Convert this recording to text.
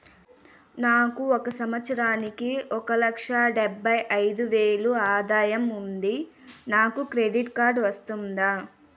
నాకు ఒక సంవత్సరానికి ఒక లక్ష డెబ్బై అయిదు వేలు ఆదాయం ఉంది నాకు క్రెడిట్ కార్డు వస్తుందా?